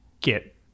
get